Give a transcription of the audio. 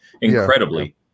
Incredibly